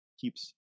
keeps